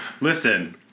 Listen